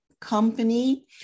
company